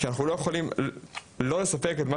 כי אנחנו לא יכולים שלא לספק את מה